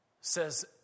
says